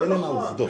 לא נכון.